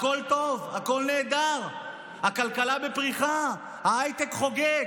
הכול טוב, הכול נהדר, הכלכלה בפריחה, ההייטק חוגג.